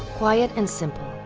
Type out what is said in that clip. quiet and simple,